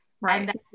Right